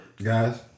Guys